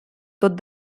tot